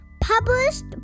published